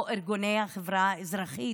או ארגוני החברה האזרחית,